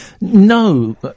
no